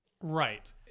Right